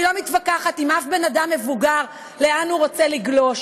אני לא מתווכחת עם אף בן-אדם מבוגר לאן הוא רוצה לגלוש.